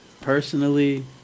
Personally